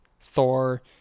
Thor